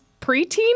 preteen